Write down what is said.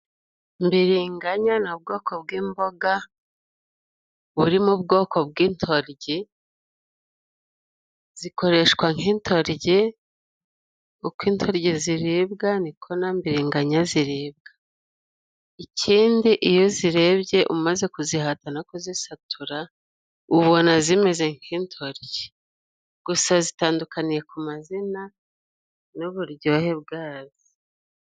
Mbiringanya ni ubwoko bw'imboga buri mu bwoko bw'intoryi, zikoreshwa nk'intoryi. Uko intoryi ziribwa niko na mbiringanya ziribwa. Ikindi iyo uzirebye umaze kuzihata no kuzisatura, ubona zimeze nk'intoryi. Gusa zitandukaniye ku mazina n'ububuryohe bwazo.